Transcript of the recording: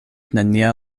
nenia